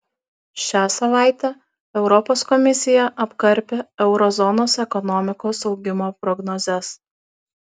šią savaitę europos komisija apkarpė euro zonos ekonomikos augimo prognozes